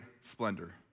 splendor